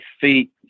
feet